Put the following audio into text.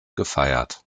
gefeiert